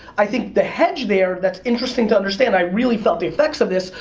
i think the hedge there, that's interesting to understand, i really felt the effects of this,